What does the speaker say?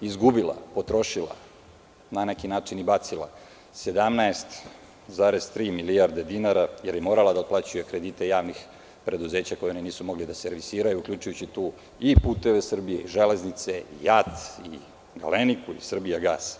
izgubila, potrošila na neki način bacila 17,3 milijarde dinara, jer je morala da otplaćuje kredite javnih preduzeća koje ona nisu mogla da servisiraju, uključujući tu i „Puteve Srbije“ i „Železnice“ i JAT i „Galeniku“ i „Srbijagas“